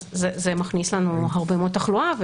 זה מכניס לנו הרבה מאוד תחלואה.